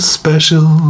special